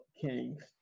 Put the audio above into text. kings